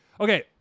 Okay